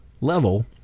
level